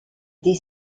des